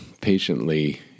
patiently